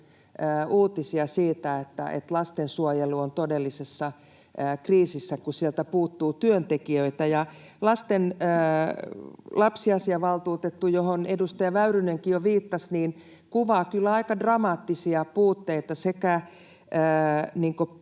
uutisia siitä, että lastensuojelu on todellisessa kriisissä, kun sieltä puuttuu työntekijöitä. Lapsiasiavaltuutettu, johon edustaja Väyrynenkin jo viittasi, kuvaa kyllä aika dramaattisia puutteita sekä